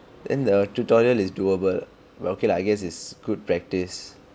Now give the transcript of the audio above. then the tutorial is doable but okay lah I guess it's good practice